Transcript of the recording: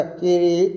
kiri